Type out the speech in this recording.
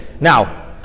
Now